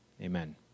Amen